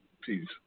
Peace